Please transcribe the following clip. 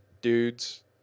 dudes